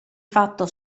fatto